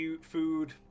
food